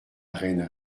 reine